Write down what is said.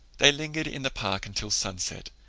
they lingered in the park until sunset,